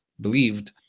believed